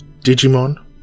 Digimon